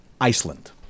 Iceland